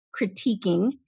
critiquing